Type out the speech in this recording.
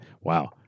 Wow